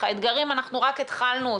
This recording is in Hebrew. אנחנו רק התחלנו אותם.